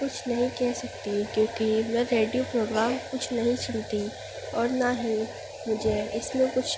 کچھ نہیں کہہ سکتی کیوں کہ میں ریڈیو پروگرام کچھ نہیں سنتی اور نہ ہی مجھے اس میں کچھ